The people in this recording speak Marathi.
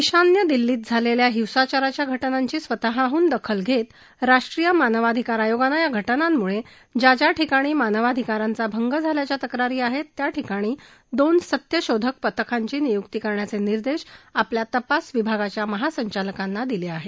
ईशान्य दिल्लीत झालेल्या हिंसाचाराच्या घटनांची स्वतःहून दखल घेत राष्ट्रीय मानवाधिकार आयोगानं या घटनांमुळे ज्या ज्या ठिकाणी मानवाधिकारांचा भंग झाल्याच्या तक्रारी आहेत त्या ठिकाणी दोन सत्यशोधन पथकांची नियुक्ती करण्याचे निर्देश आपल्या तपास विभागाच्या महासंचालकांना दिले आहेत